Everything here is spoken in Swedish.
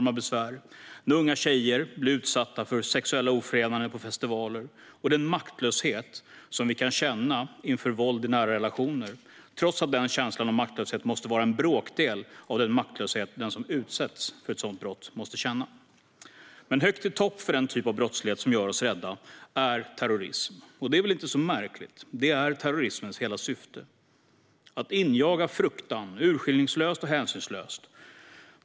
Visst är det naturligt att vi blir rädda när unga tjejer blir utsatta för sexuella ofredanden på festivaler och att vi blir rädda av den maktlöshet som vi kan känna inför våld i nära relationer, trots att denna känsla av maktlöshet måste vara en bråkdel av den maktlöshet som den som utsätts för ett sådant brott måste känna. Men högt i topp för den typ av brottslighet som gör oss rädda är terrorism, och det är väl inte så märkligt. Det är nämligen terrorismens hela syfte: att injaga fruktan, urskillningslöst och hänsynslöst.